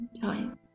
times